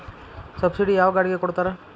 Subsidy ಯಾವ ಗಾಡಿಗೆ ಕೊಡ್ತಾರ?